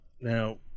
Now